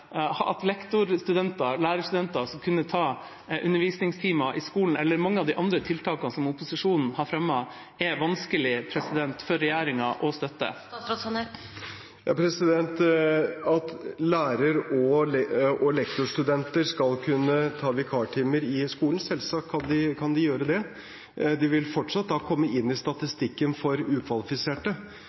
at lærer- og lektorstudenter kan ta undervisningstimer i skolen, eller mange av de andre tiltakene som opposisjonen har fremmet, er vanskelige for regjeringa å støtte. Når det gjelder at lærer- og lektorstudenter skal kunne ta vikartimer: Selvsagt kan de gjøre det. Men de vil fortsatt komme inn i statistikken for ukvalifiserte,